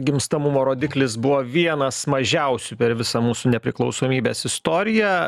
gimstamumo rodiklis buvo vienas mažiausių per visą mūsų nepriklausomybės istoriją